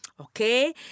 Okay